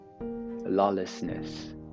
lawlessness